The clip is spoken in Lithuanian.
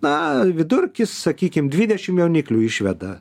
na vidurkis sakykim dvidešim jauniklių išveda